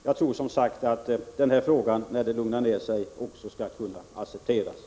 Jag tror som sagt att det också skall kunna accepteras när känslorna lugnat ner sig.